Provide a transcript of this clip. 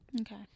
Okay